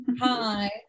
Hi